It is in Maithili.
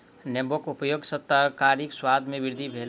नेबोक उपयग सॅ तरकारीक स्वाद में वृद्धि भेल